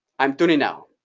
i'm tuning out.